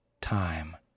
Time